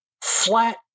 flat